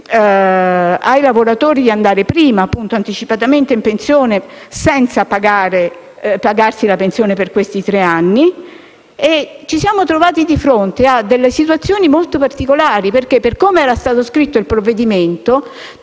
ai lavoratori di andare anticipatamente in pensione senza dover pagare la pensione per questi tre anni. Ci siamo trovati di fronte a situazioni molto particolari perché, per come era stato scritto il provvedimento,